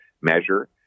measure